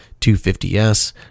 250S